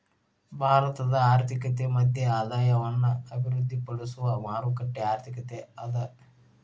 ಭಾರತದ ಆರ್ಥಿಕತೆ ಮಧ್ಯಮ ಆದಾಯವನ್ನ ಅಭಿವೃದ್ಧಿಪಡಿಸುವ ಮಾರುಕಟ್ಟೆ ಆರ್ಥಿಕತೆ ಅದ